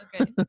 Okay